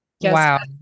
wow